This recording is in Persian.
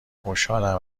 خوشحالم